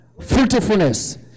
Fruitfulness